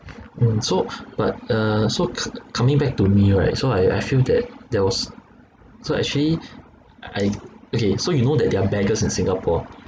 mm so but uh so c~ coming back to me right so I I feel that there was so actually I okay so you know that there are beggars in singapore